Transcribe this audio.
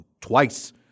twice